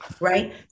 right